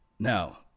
Now